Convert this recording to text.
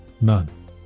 None